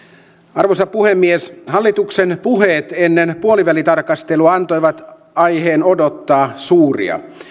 arvoisa puhemies hallituksen puheet ennen puolivälitarkastelua antoivat aiheen odottaa suuria